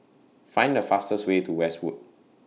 Find The fastest Way to Westwood